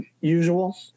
usual